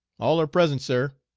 all are present, sir!